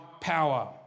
power